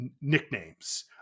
nicknames